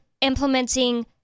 implementing